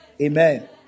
Amen